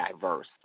diverse